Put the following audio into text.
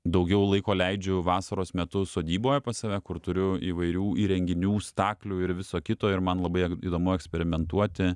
daugiau laiko leidžiu vasaros metu sodyboje pas save kur turiu įvairių įrenginių staklių ir viso kito ir man labai įdomu eksperimentuoti